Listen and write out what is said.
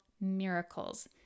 miracles